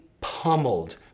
pummeled